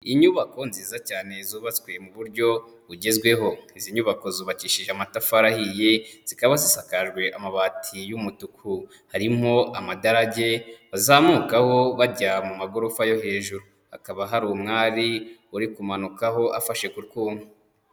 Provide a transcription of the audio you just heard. Inyubako nziza cyane zubatswe mu buryo bugezweho, izi nyubako zubakishije amatafari ahiye, zikaba zasakajwe amabati y'umutuku, harimo amadarage bazamukaho bajya mu magorofa yo hejuru, hakaba hari umwari uri kumanukaho afashe ku twuma.